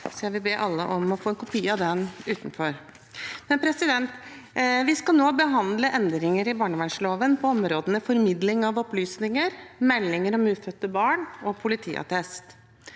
Jeg vil be alle om å få en kopi av den. Vi skal nå behandle endringer i barnevernsloven på områdene formidling av opplysninger, meldinger om ufødte barn og politiattest.